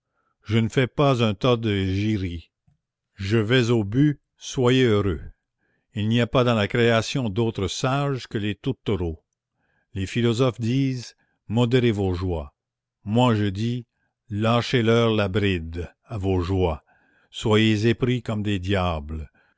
je ne fais pas un tas de giries je vais au but soyez heureux il n'y a pas dans la création d'autres sages que les tourtereaux les philosophes disent modérez vos joies moi je dis lâchez leur la bride à vos joies soyez épris comme des diables